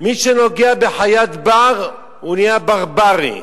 מי שנוגע בחיית בר נהיה ברברי.